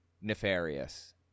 nefarious